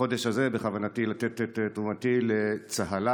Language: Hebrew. החודש הזה בכוונתי לתת את תרומתי לצהלה,